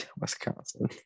Wisconsin